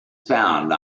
found